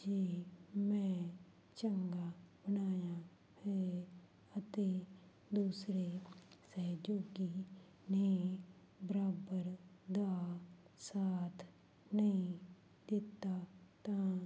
ਜੇ ਮੈਂ ਚੰਗਾ ਬਣਾਇਆ ਹੈ ਅਤੇ ਦੂਸਰੇ ਸਹਿਯੋਗੀ ਨੇ ਬਰਾਬਰ ਦਾ ਸਾਥ ਨਹੀਂ ਦਿੱਤਾ ਤਾਂ